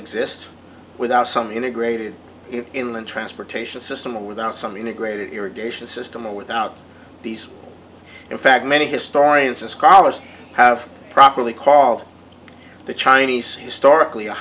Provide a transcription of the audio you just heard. exist without some integrated in the transportation system without some integrated irrigation system or without these in fact many historians and scholars have properly called the chinese historically a